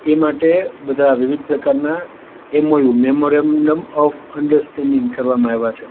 એ માટે બધા વિવિધ પ્રકારના એમઓયુ મેમોરેન્ડમ ઓફ અન્ડરસ્ટેન્ડિંગ કરવામાં આઇવા છે